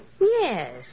Yes